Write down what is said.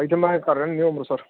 ਹਜੇ ਤਾਂ ਮੈਂ ਕਰ ਰਿਹਾ ਨਿਊ ਅੰਮ੍ਰਿਤਸਰ